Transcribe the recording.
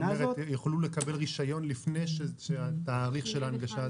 הם יוכלו לקבל רישיונות לפני תאריך ההנגשה?